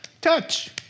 touch